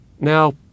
Now